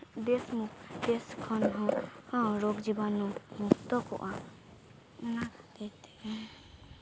ᱫᱮᱥ ᱫᱮᱥ ᱠᱷᱚᱱᱦᱚᱸ ᱨᱳᱜᱽ ᱡᱤᱵᱟᱱᱩ ᱢᱩᱠᱛᱚ ᱠᱚᱜᱼᱟ ᱚᱱᱟ ᱠᱷᱟᱹᱛᱤᱨ ᱛᱮᱜᱮ